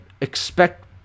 expect